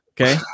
Okay